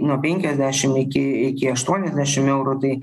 nuo penkiasdešim iki iki aštuoniasdešim eurų tai